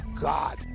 God